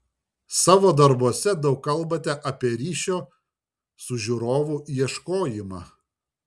savo darbuose daug kalbate apie ryšio su žiūrovu ieškojimą